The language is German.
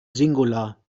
singular